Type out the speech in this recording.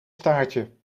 staartje